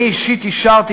אני אישית אישרתי,